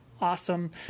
awesome